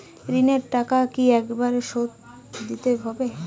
ঋণের টাকা কি একবার শোধ দিতে হবে?